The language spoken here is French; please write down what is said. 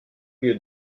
lieu